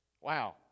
Wow